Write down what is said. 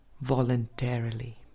voluntarily